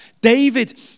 David